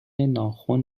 ناخن